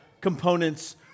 components